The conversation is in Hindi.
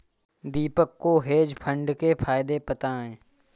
दीपक को हेज फंड के फायदे पता है